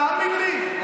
תאמין לי,